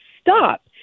stop